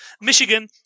Michigan